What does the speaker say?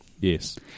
Yes